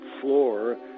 floor